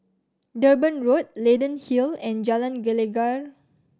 Durban Road Leyden Hill and Jalan Gelegar